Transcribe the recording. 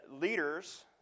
leaders